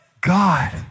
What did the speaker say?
God